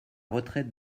retraite